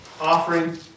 offering